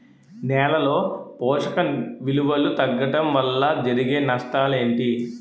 నేలలో పోషక విలువలు తగ్గడం వల్ల జరిగే నష్టాలేంటి?